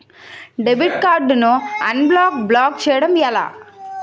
Debit card ను unblock block చేయటం ఎలా?